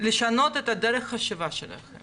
מבקשת ממשרד הבריאות לשנות את דרך החשיבה שלכם